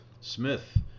Smith